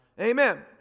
Amen